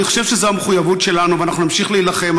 אני חושב שזו המחויבות שלנו, ואנחנו נמשיך להילחם.